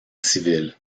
civil